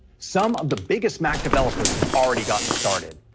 some of the biggest mac developers have already gotten started.